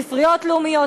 ספריות לאומיות,